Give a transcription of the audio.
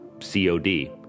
COD